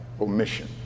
omission